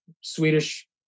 Swedish